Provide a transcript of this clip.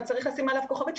אבל צריך לשים עליו כוכבית,